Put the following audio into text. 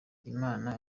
imana